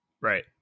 Right